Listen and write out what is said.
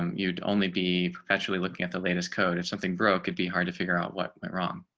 um you'd only be perpetually looking at the latest code if something broke could be hard to figure out what went wrong.